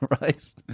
right